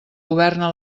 governa